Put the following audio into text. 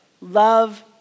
love